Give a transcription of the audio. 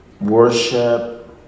worship